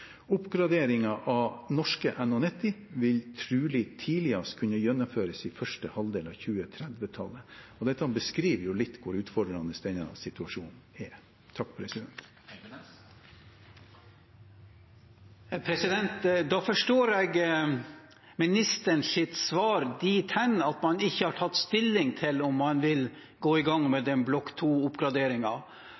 Dette beskriver litt hvor utfordrende denne situasjonen er. Da forstår jeg ministerens svar dit hen at man ikke har tatt stilling til om man vil gå i gang med